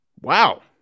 wow